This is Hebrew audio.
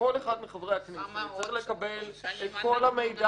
וכל אחד מחברי הכנסת אמור לקבל את כל המידע